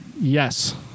Yes